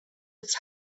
its